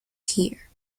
here